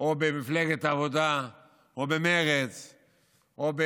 או במפלגת העבודה או במרצ או,